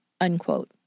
unquote